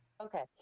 Okay